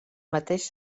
mateix